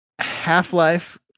Half-Life